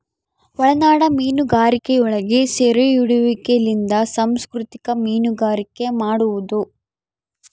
ಒಳನಾಡ ಮೀನುಗಾರಿಕೆಯೊಳಗ ಸೆರೆಹಿಡಿಯುವಿಕೆಲಿಂದ ಸಂಸ್ಕೃತಿಕ ಮೀನುಗಾರಿಕೆ ಮಾಡುವದು